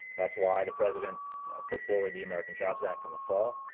that's why the president put forward the american jobs act in the fall.